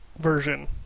version